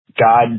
God